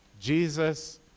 Jesus